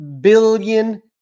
billion